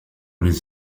les